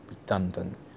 redundant